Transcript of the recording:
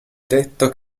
detto